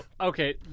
Okay